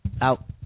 Out